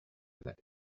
that